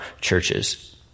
churches